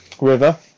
River